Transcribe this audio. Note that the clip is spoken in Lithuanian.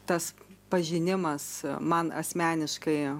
tas pažinimas man asmeniškai